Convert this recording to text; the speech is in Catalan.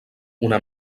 una